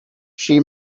she